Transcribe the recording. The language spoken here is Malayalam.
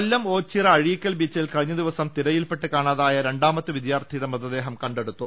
കൊല്ലം ഓച്ചിറ അഴീക്കൽ ബീച്ചിൽ കഴിഞ്ഞദിവസം തിരയിൽപ്പെട്ട് കാണാതായ രണ്ടാമത്തെ വിദ്യാർഥിയുടെ മൃതദേഹം കണ്ടെടുത്തു